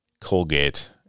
Colgate